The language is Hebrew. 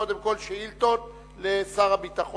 קודם כול שאילתות לשר הביטחון,